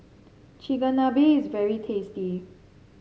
Chigenabe is very tasty